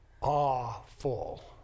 awful